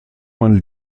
man